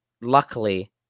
luckily